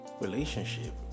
relationship